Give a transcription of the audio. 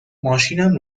ماشینم